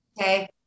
Okay